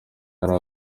yari